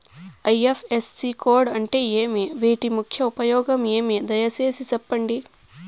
IFSC code అంటే ఏమి? వీటి ముఖ్య ఉపయోగం ఏమి? దయసేసి సెప్పండి?